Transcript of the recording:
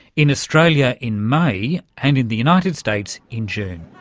in australia in may, and in the united states in june,